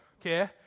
okay